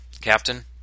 Captain